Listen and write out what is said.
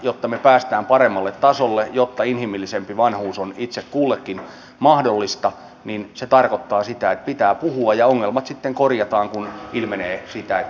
jotta me pääsemme paremmalle tasolle jotta inhimillisempi vanhuus on itse kullekin mahdollista niin se tarkoittaa sitä että pitää puhua ja ongelmat sitten korjataan kun ilmenee sitä että ongelmia on ollut